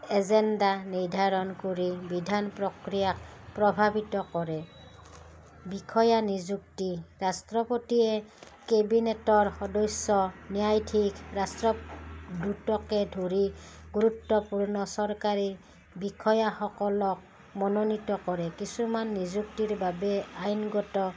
agenda নিৰ্ধাৰণ কৰি বিধান প্ৰক্ৰিয়া প্ৰভাৱিত কৰে বিষয়া নিযুক্তি ৰাষ্ট্ৰপতিয়ে কেবিনেটৰ সদস্য ন্যায়ধিক ৰাষ্ট্ৰদ্ৰুতকে ধৰি গুৰুত্বপূৰ্ণ চৰকাৰী বিষয়াসকলক মনোনিত কৰে কিছুমান নিযুক্তিৰ বাবে আইনগত